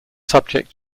subject